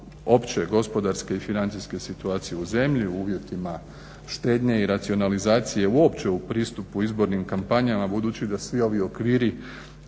opće, gospodarske i financijske situacije u zemlji u uvjetima štednje i racionalizacije uopće u pristupu izbornim kompanijama budući da svi ovi okviru